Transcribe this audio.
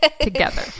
together